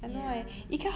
ya